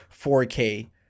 4k